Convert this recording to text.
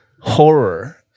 horror